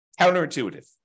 Counterintuitive